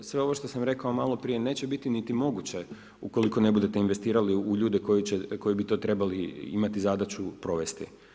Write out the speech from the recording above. Sve ovo što sam rekao malo prije neće biti niti moguće ukoliko ne budete investirali u ljude koji bi to trebali imati zadaću provesti.